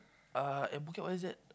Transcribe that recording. uh at Phuket what is that